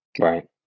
right